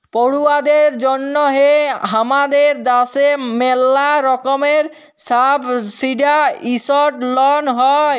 পড়ুয়াদের জন্যহে হামাদের দ্যাশে ম্যালা রকমের সাবসিডাইসদ লন হ্যয়